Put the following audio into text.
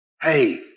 hey